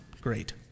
great